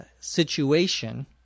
situation